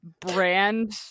brand